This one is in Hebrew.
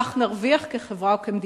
כך נרוויח כחברה וכמדינה.